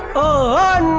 oh,